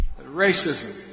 Racism